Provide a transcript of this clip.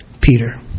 Peter